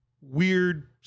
weird